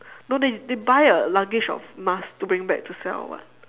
no they they buy a luggage of mask to bring back to sell or what